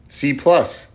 C-plus